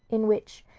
in which,